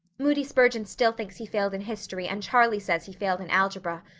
moody spurgeon still thinks he failed in history and charlie says he failed in algebra.